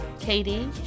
Katie